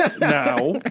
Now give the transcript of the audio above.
now